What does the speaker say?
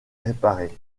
réparée